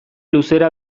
luzera